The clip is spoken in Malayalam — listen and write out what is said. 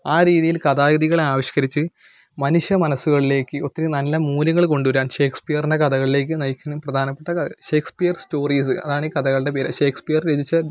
ആ രീതിയിൽ കഥാഗതികളെ ആവിഷ്കരിച്ച് മനുഷ്യമനസ്സുകളിലേക്ക് ഒത്തിരി നല്ല മൂല്യങ്ങള് കൊണ്ടുവരാൻ ഷേക്സ്പിയറിനെ കഥകൾലേക്ക് നയിക്കുന്ന പ്രധാനപ്പെട്ട കാ ഷേക്സ്പിയർ സ്റ്റോറീസ് അതാണ് ഈ കഥകളുടെ പേര് ഷേക്സ്പിയർ രചിച്ച